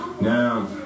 Now